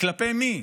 וכלפי מי?